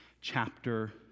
chapter